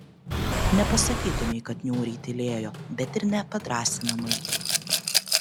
nepasakytumei kad niūriai tylėjo bet ir ne padrąsinamai